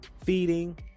feeding